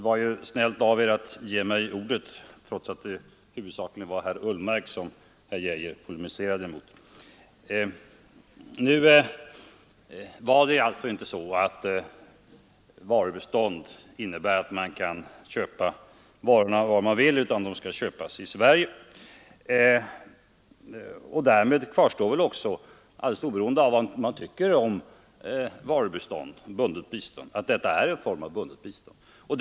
Herr talman! Det svenska varubiståndet innebär alltså inte, säger nu herr Arne Geijer, att man kan köpa varorna var man vill, utan de skall köpas i Sverige. Därmed kvarstår väl också, alldeles oberoende av vad man tycker om bundet bistånd, att detta är en form av bundet bistånd.